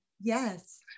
Yes